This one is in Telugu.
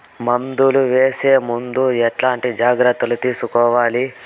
మందులు వేసే ముందు ఎట్లాంటి జాగ్రత్తలు తీసుకోవాలి?